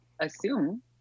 assume